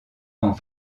vents